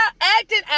acting